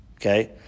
Okay